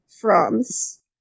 France